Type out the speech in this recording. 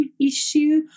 issue